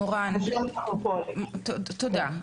תודה.